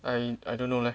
I I don't know leh